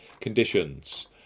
conditions